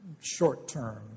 short-term